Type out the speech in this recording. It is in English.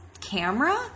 camera